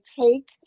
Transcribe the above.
take